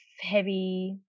heavy